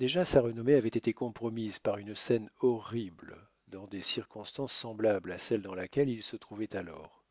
déjà sa renommée avait été compromise par une scène horrible dans des circonstances semblables à celle dans laquelle il se trouvait alors